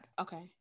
Okay